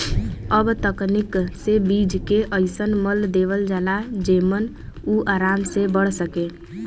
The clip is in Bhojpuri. अब तकनीक से बीज के अइसन मल देवल जाला जेमन उ आराम से बढ़ सके